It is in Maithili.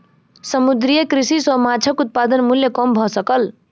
समुद्रीय कृषि सॅ माँछक उत्पादन मूल्य कम भ सकल